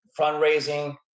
fundraising